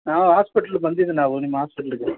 ನಾವು ಹಾಸ್ಪೆಟ್ಲಿಗೆ ಬಂದಿದ್ದೆ ನಾವು ನಿಮ್ಮ ಹಾಸ್ಪೆಟ್ಲಿಗೆ